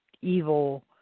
evil